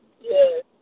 yes